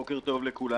בוקר טוב לכולם.